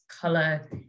color